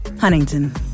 Huntington